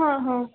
हां हां